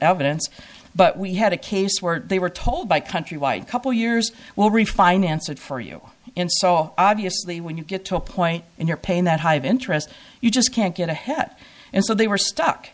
evidence but we had a case where they were told by countrywide couple years will refinance it for you and so obviously when you get to a point in your pain that hive interest you just can't get ahead and so they were stuck